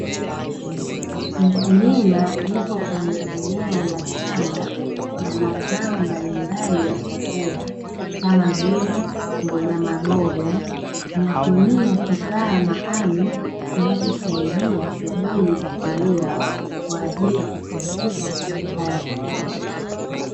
Mkulima yuko kwenye eneo la shamba la mazao mbalimbali ya chakula kama vile mboga ya maboga anatumia kifaa maalumu kinacho saidia shughuli za kilimo kwa ajili kupunguza nguvu kazi.